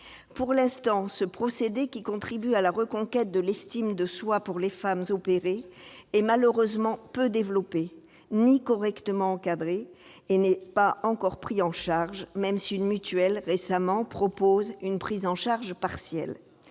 Pour l'instant, ce procédé qui contribue à la reconquête de l'estime de soi pour les femmes opérées est malheureusement peu développé, non correctement encadré et pas encore pris en charge, même si une mutuelle a proposé récemment une prise en charge partielle.